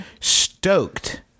Stoked